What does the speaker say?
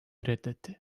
reddetti